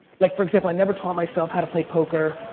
like for example, i never taught myself how to play poker.